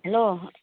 hello